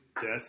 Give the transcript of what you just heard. death